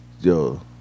yo